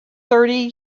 thirty